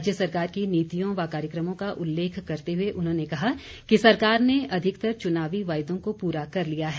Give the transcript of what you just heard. राज्य सरकार की नीतियों व कार्यक्रमों का उल्लेख करते हुए उन्होंने कहा कि सरकार ने अधिकतर चुनावी वायदों को पूरा कर लिया है